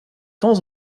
temps